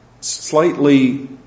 slightly